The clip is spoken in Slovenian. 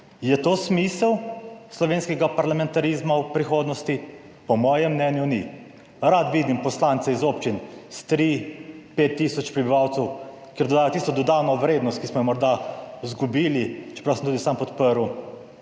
Je to smisel slovenskega parlamentarizma v prihodnosti? Po mojem mnenju ni. Rad vidim poslance iz občin s 3, 5 tisoč prebivalcev, ker doda tisto dodano vrednost, ki smo jo morda izgubili, čeprav sem tudi sam podprl